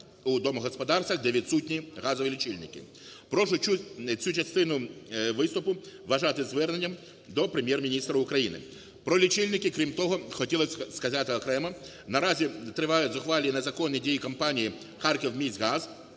у домогосподарствах, де відсутні газові лічильники. Прошу цю частину виступу вважати зверненням до Прем'єр-міністра України. Про лічильники, крім того, хотілося сказати окремо. Наразі тривають зухвалі і незаконні дії компанії "Харківміськгаз"